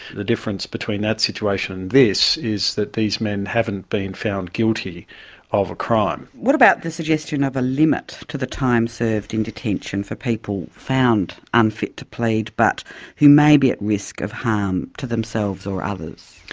the difference between that situation and this is that these men haven't been found guilty of a crime. what about the suggestion of a limit to the time served in detention for people found unfit to plead but who may be at risk of harm to themselves or others?